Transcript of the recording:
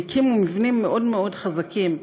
הם הקימו מבנים מאוד מאוד חזקים.